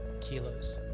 kilos